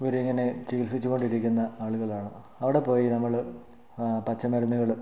ഇവർ ഇങ്ങനെ ചികിത്സിച്ചു കൊണ്ടിരിക്കുന്ന ആളുകളാണ് അവിടെ പോയി നമ്മൾ ആ പച്ച മരുന്നുകൾ